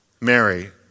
Mary